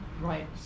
Right